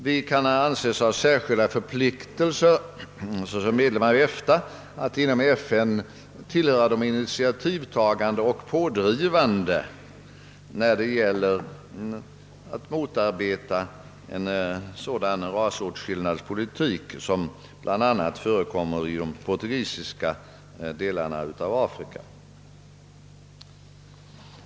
Vi kan anses ha särskilda förpliktelser som medlemmar i EFTA att inom FN tillhöra de initiativtagande och pådrivande när det gäller att motarbeta en sådan rasåtskillnadspolitik som bl.a. förekommer i de portugisiska delarna av Afrika.